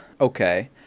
okay